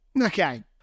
Okay